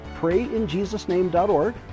PrayInJesusName.org